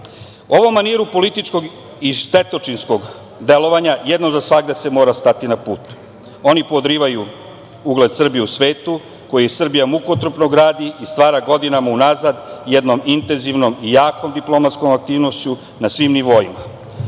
ovom maniru političkog i štetočinskog delovanja, jednom za svagda se mora stati na put. Oni podrivaju ugled Srbije u svetu, koji Srbija mukotrpno gradi i stvara godinama unazad, jednom intenzivnom i jakom diplomatskom aktivnošću, na svim